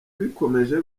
bikomeje